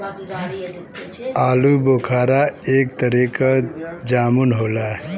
आलूबोखारा एक तरीके क जामुन होला